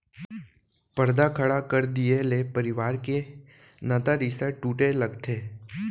परदा खड़ा कर दिये ले परवार के नता रिस्ता टूटे लगथे